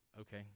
Okay